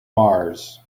mars